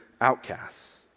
outcasts